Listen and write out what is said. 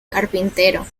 carpintero